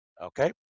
okay